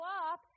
up